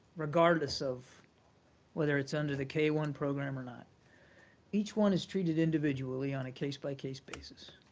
regardless of whether it's under the k one program or not each one is treated individually on a case-by-case basis.